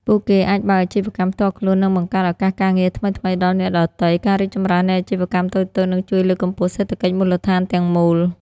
ពួកគេអាចបើកអាជីវកម្មផ្ទាល់ខ្លួន និងបង្កើតឱកាសការងារថ្មីៗដល់អ្នកដទៃ ការរីកចម្រើននៃអាជីវកម្មតូចៗ នឹងជួយលើកកម្ពស់សេដ្ឋកិច្ចមូលដ្ឋានទាំងមូល។